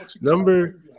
Number